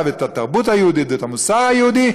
ואת התרבות היהודית ואת המוסר היהודי,